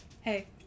Hey